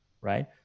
right